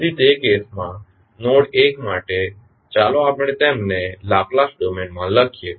તેથી તે કેસમાં નોડ 1 માટે ચાલો આપણે તેમને લાપ્લાસ ડોમેન માં લખીએ